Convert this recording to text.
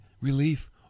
relief